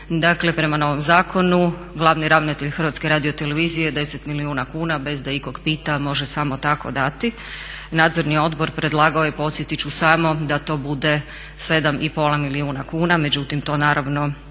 prema novom zakonu glavni ravnatelj Hrvatske radiotelevizije je 10 milijuna kuna bez da ikog pita može samo tako dati. Nadzorni odbor predlagao je podsjetit ću samo da to bude 7 i pol milijuna kuna, međutim to naravno